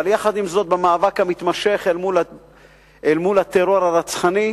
אבל עם זאת, במאבק המתמשך אל מול הטרור הרצחני,